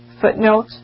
footnote